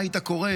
מה היית קורא?